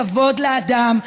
ערכים של כבוד לאדם,